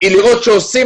שימו לב,